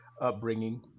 upbringing